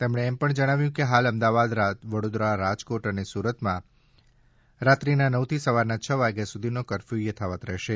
તેમણે એમ પણ જણાવ્યું કે હાલ અમદાવાદ વડોદરા રજકોટ અને સુરતમાં રાત્રિના નવથી સવારના છ વાગ્યા સુધીનો કરફ્યુ યથાવત રહેશે